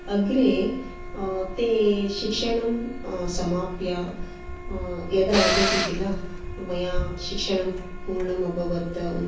अग्रे ते शिक्षणं समाप्य यदा वदन्ति खिल मया शिक्षणम् पूर्ण्ं अभवत्